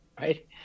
right